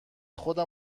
خودم